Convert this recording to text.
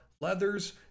Leathers